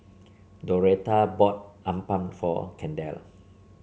Doretha bought appam for Kendell